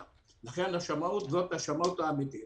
לכן זאת השמאות האמיתית